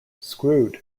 screwed